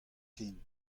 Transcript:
ken